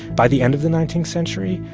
by the end of the nineteenth century,